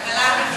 כלכלה.